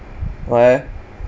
why eh